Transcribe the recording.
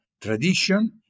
tradition